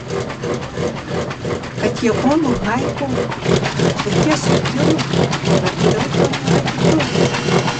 pagalvojau kad japonų haiku tokie subtilūs bet kodėl to nėra kitur